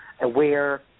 aware